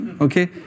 okay